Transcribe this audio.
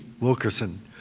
Wilkerson